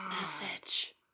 Message